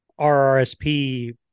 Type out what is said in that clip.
RRSP